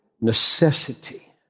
necessity